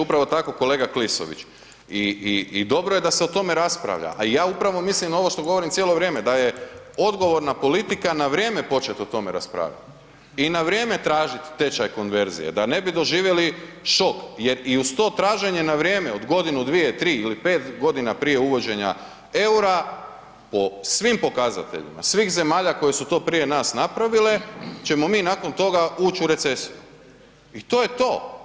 Upravo tako kolega Klisović, i dobro je da se o tome raspravlja, a i ja upravo mislim o ovo to govorim cijelo vrijeme, da je odgovorna politika na vrijeme počet o tome raspravlja i na vrijeme tražit tečaj konverzije da ne bi doživjeli šok jer i uz to traženje na vrijeme od godinu, dvije, tri ili pet godina prije uvođenja eura, po svim pokazateljima svih zemalja koje su to prije nas napravile ćemo mi nakon toga ući u recesiju i to je to.